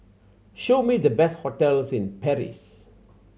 show me the best hotels in Paris